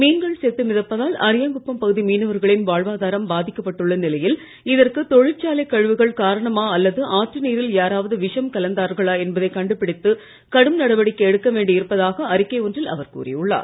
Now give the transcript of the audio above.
மீன்கள் செத்து மிதப்பதால் அரியாங்குப்பம் பகுதி மீனவர்களின் வாழ்வாதாரம் பாதிக்கப்பட்டுள்ள நிலையில் இதற்கு தொழிக கழிவுகள் காரணமாக அல்லது ஆற்று நீரில் யாராவது விஷம் கலந்தார்களா என்பதை கண்டுபிடித்து கடும் நடவடிக்கை எடுக்க வேண்டி இருப்பதாக அறிக்கை ஒன்றில் அவர் கூறியுள்ளார்